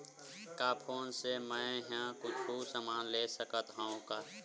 का फोन से मै हे कुछु समान ले सकत हाव का?